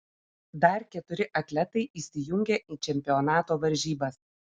dar keturi atletai įsijungia į čempionato varžybas